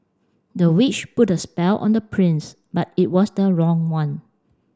the witch put a spell on the prince but it was the wrong one